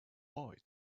boy